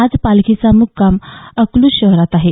आज पालखीचा मुक्काम अकलूज शहरात आहे